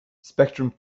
spectrum